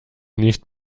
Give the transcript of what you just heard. nicht